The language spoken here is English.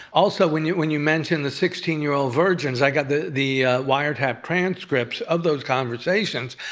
also, when you when you mentioned the sixteen year old virgins, i got the the wiretap transcripts of those conversations,